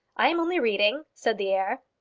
i am only reading, said the heir.